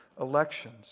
elections